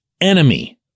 enemy